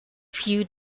few